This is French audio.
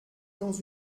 dans